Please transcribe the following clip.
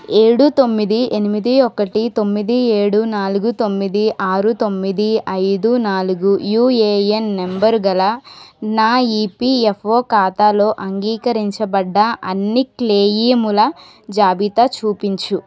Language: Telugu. ఏడు తొమ్మిది ఎనిమిది ఒకటి తొమ్మిది ఏడు నాలుగు తొమ్మిది ఆరు తొమ్మిది ఐదు నాలుగు యుఏఎన్ నంబరుగల నా ఇపిఎఫ్ఓ ఖాతాలో అంగీకరించబడ్డ అన్ని క్లెయిముల జాబితా చూపించు